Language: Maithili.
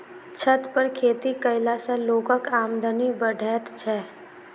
छत पर खेती कयला सॅ लोकक आमदनी बढ़ैत छै